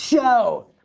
show.